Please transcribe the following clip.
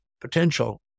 potential